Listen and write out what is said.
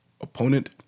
opponent